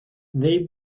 they